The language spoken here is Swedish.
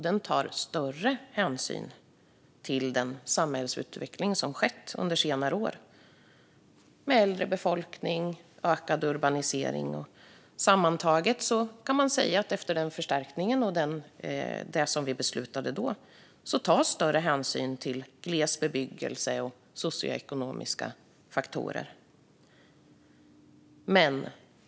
Den tar större hänsyn till den samhällsutveckling som har skett under senare år, med en äldre befolkning och ökad urbanisering. Sammantaget kan man säga att det efter denna förstärkning och det som vi beslutade då tas större hänsyn till gles bebyggelse och socioekonomiska faktorer.